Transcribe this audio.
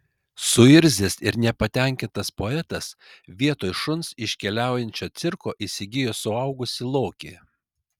suirzęs ir nepatenkintas poetas vietoj šuns iš keliaujančio cirko įsigijo suaugusį lokį